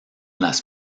las